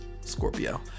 Scorpio